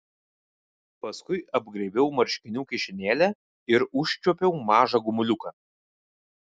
paskui apgraibiau marškinių kišenėlę ir užčiuopiau mažą gumuliuką